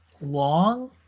long